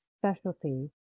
specialty